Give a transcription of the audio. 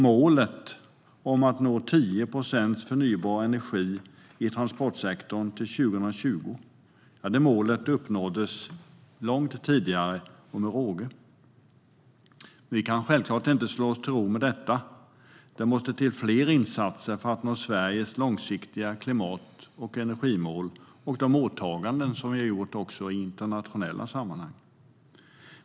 Målet om att nå 10 procent förnybar energi i transportsektorn till 2020 uppnåddes långt tidigare och med råge. Men vi kan självklart inte slå oss till ro med detta. Det måste till fler insatser för att vi ska nå Sveriges långsiktiga klimat och energimål och fullgöra de åtaganden som vi har gjort i internationella sammanhang.